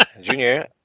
junior